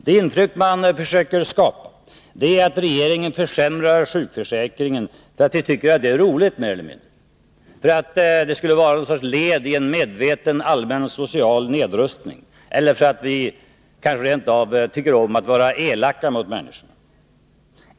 Det intryck man försöker skapa är att regeringen försämrar sjukförsäkringen för att vi tycker att det är roligt mer eller mindre, för att det skulle vara någon sorts led i en medveten allmän social nedrustning, eller för att vi kanske rent av tycker om att vara elaka mot människorna.